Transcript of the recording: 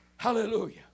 Hallelujah